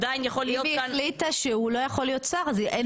אם היא החליטה שהוא לא יכול להיות שר אז אין